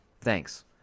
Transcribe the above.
Thanks